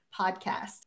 podcast